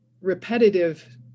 repetitive